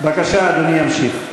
בבקשה, אדוני ימשיך.